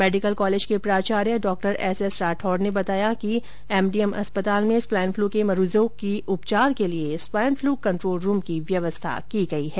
medical college के प्राचार्य Dr SS Rathore ने बताया कि एमडीएम अस्पताल में स्वाइन पलू के मरीजो के उपचार के लिए स्वाइन पलू कंट्रोल रूम की व्यवस्था की गई है